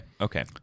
okay